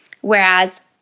Whereas